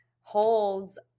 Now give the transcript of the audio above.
holds